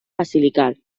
basilical